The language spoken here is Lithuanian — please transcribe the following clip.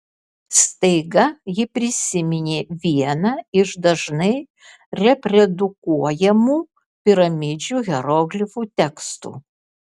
staiga ji prisiminė vieną iš dažnai reprodukuojamų piramidžių hieroglifų tekstų